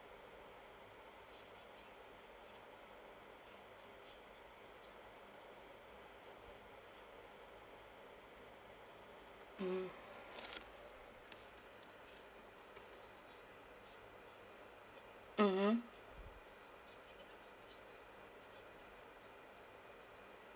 mm mmhmm